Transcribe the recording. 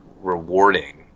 rewarding